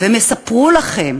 והם יספרו לכם